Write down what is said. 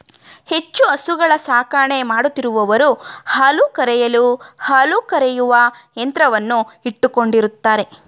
ಹೆಚ್ಚು ಹಸುಗಳ ಸಾಕಣೆ ಮಾಡುತ್ತಿರುವವರು ಹಾಲು ಕರೆಯಲು ಹಾಲು ಕರೆಯುವ ಯಂತ್ರವನ್ನು ಇಟ್ಟುಕೊಂಡಿರುತ್ತಾರೆ